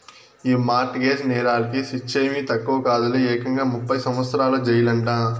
ఈ mortgage నేరాలకి శిచ్చేమీ తక్కువ కాదులే, ఏకంగా ముప్పై సంవత్సరాల జెయిలంట